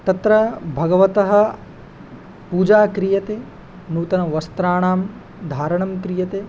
तत्र भगवतः पूजा क्रियते नूतनवस्त्राणां धारणं क्रियते